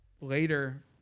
later